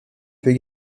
peut